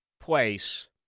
place